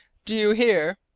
do you hear?